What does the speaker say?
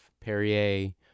perrier